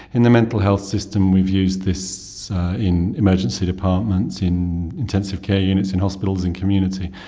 in the mental health system we've used this in emergency departments, in intensive care units in hospitals, in community.